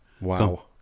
Wow